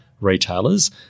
retailers